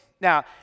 Now